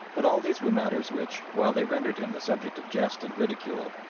but all these were matters which, while they rendered him the subject of jest and ridicule,